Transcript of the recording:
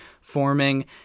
forming